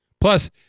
Plus